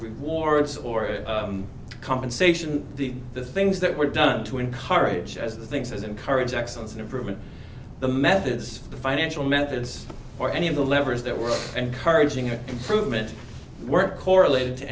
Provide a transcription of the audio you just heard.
rewards or compensation the the things that were done to encourage as the things as encourage excellence and improvement the methods of the financial methods or any of the levers that were encouraging or improvement were correlated to